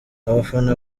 abafana